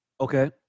Okay